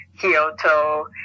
Kyoto